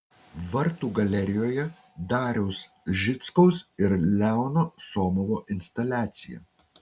vartų galerijoje dariaus žickaus ir leono somovo instaliacija